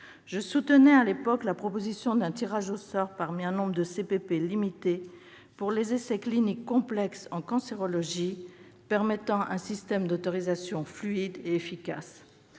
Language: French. Je soutenais à l'époque la proposition d'un tirage au sort parmi un nombre de CPP limité pour les essais cliniques complexes en cancérologie, afin d'avoir un système d'autorisation fluide et efficace.